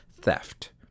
theft